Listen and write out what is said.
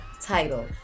title